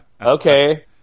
Okay